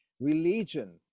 religion